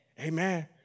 Amen